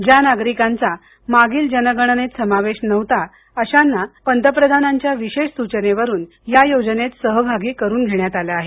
ज्या नागरीकांचा मागील जनगणनेत समावेश नव्हता अशांना पंतप्रधानाच्या विशेष सूचनेवरून या योजनेत सहभागी करून घेण्यात आलं आहे